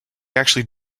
actually